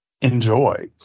enjoy